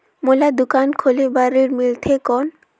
मोला दुकान खोले बार ऋण मिलथे कौन?